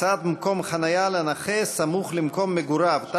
הקצאת מקום חניה לנכה סמוך למקום מגוריו),